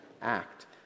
act